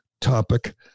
topic